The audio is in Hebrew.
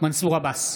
מנסור עבאס,